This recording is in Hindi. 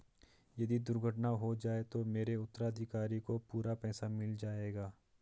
यदि दुर्घटना हो जाये तो मेरे उत्तराधिकारी को पूरा पैसा मिल जाएगा?